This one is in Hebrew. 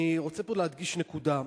אני רוצה פה להדגיש נקודה.